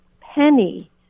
penny